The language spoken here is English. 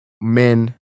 men